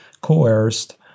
coerced